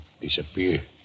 disappear